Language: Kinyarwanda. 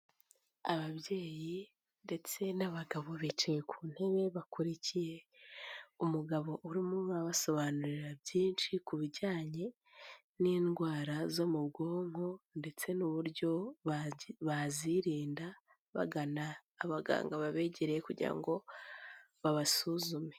Ababyeyi ndetse n'abagabo bicaye ku ntebe, bakurikiye umugabo urimo abasobanurira byinshi ku bijyanye n'indwara zo mu bwonko ndetse n'uburyo bazirinda, bagana abaganga babegereye kugira ngo babasuzume.